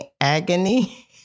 agony